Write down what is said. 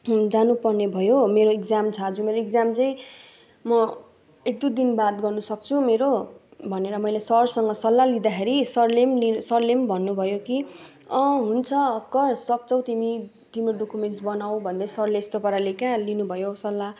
जानु पर्ने भयो मेरो इक्जाम छ आज मेरो इक्जाम चाहिँ म एकदुई दिन बाद गर्नु सक्छु मेरो भनेर मैले सरसँग सल्लाह लिँंदाखेरि सरले लि सरले भन्नु भयो कि हुन्छ गर सक्छौ तिमी तिम्रो डुकुमेन्ट्स बनाउ भन्दै सरले यस्तो पाराले क्या लिनु भयो सल्लाह